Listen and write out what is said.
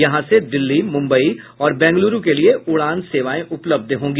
यहां से दिल्ली मुंबई और बैंगलूरू के लिये उड़ान सेवाएं उपलब्ध होंगी